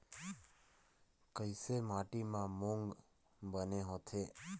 कइसे माटी म मूंग बने होथे?